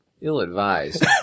ill-advised